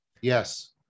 Yes